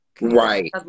Right